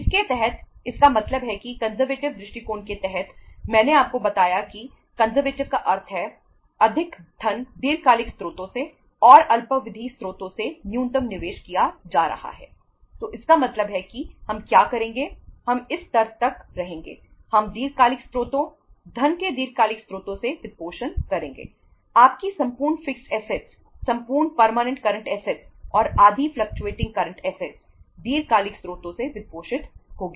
इसके तहत इसका मतलब है कंजरवेटिव दीर्घकालिक स्रोतों से वित्तपोषित होंगी